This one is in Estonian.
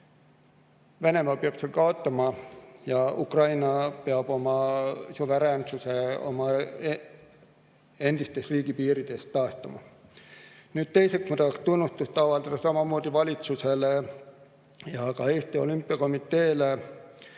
Venemaa peab kaotama ja Ukraina peab oma suveräänsuse oma endistes riigipiirides taastama. Teiseks, ma tahan tunnustust avaldada samamoodi valitsusele ja ka Eesti Olümpiakomiteele